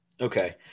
Okay